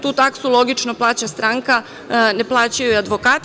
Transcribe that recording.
Tu taksu logično plaća stranka ne plaćaju je advokati.